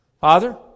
Father